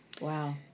Wow